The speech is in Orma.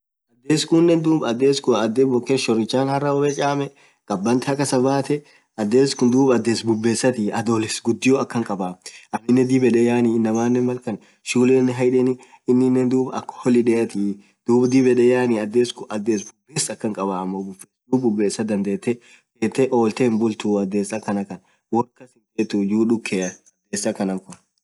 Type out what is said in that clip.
adhes khunen dhub adhes bokke shorichathi bayaa chamme khabathi hakhasabathe adhes khun dhub adhes bubbesathi adholes gudhio akhan khabaa aminen dhib yed yaani inamaanen malkan shulenen haidheni ininen dhub akha holidayathi dhub dhib yed yaani adhes khun adhes bubbes akhan khabaaa Ammo wo bubbes dhadhethe olthee hinbulthu adhes akhan khan worr kas hithethu juu dhukea adhes akhan khun